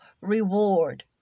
reward